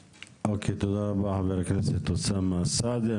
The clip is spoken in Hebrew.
אוקיי, תודה רבה, חבר הכנסת אוסאמה סעדי.